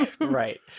Right